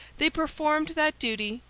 they performed that duty,